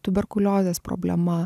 tuberkuliozės problema